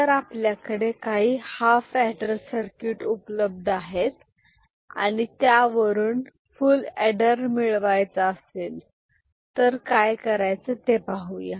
जर आपल्याकडे काही हाफ एडर सर्किट उपलब्ध आहेत आणि त्यावरून फुल आडर मिळवायचा असेल तर काय करायचं ते पाहूया